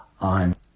on